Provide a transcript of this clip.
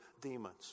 demons